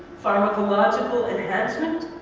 pharmacological enhancement,